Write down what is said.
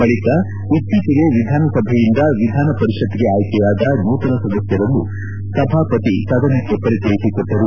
ಬಳಿಕ ಇತ್ತೀಚಿಗೆ ವಿಧಾನಸಭೆಯಿಂದ ವಿಧಾನಪರಿಷತ್ಗೆ ಆಯ್ಲೆಯಾದ ನೂತನ ಸದಸ್ನರನ್ನು ಸಭಾಪತಿ ಸದನಕ್ಕೆ ಪರಿಚಯಿಸಿಕೊಟ್ಟರು